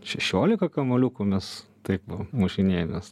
šešiolika kamuoliukų mes taip va mušinėjomės